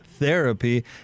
Therapy